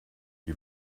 wie